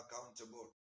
accountable